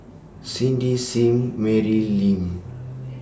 Cindy SIM Mary Lim